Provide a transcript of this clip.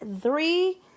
three